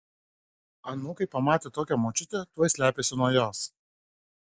anūkai pamatę tokią močiutę tuoj slepiasi nuo jos